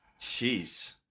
Jeez